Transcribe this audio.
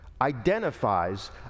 identifies